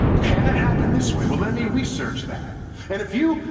can't it happen this way? well let me research that. and if you,